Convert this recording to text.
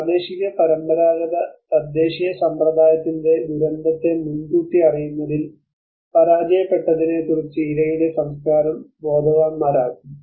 പ്രാദേശിക പരമ്പരാഗത തദ്ദേശീയ സമ്പ്രദായത്തിന്റെ ദുരന്തത്തെ മുൻകൂട്ടി അറിയുന്നതിൽ പരാജയപ്പെട്ടതിനെക്കുറിച്ച് ഇരയുടെ സംസ്കാരം ബോധവാന്മാരാക്കുന്നു